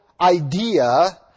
idea